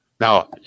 Now